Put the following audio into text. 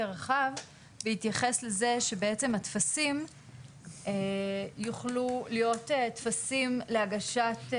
רחב ויתייחס לזה שבעצם הטפסים יוכלו להיות טפסים להגשת,